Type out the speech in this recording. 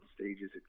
stages